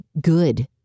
good